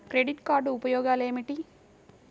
Credit card ఉపయోగాలు ఏమిటి?